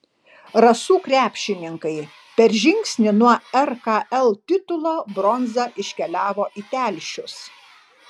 rasų krepšininkai per žingsnį nuo rkl titulo bronza iškeliavo į telšius